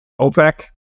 OPEC